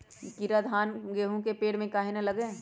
कीरा धान, गेहूं के पेड़ में काहे न लगे?